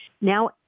Now